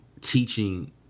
teaching